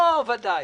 לפי העניין,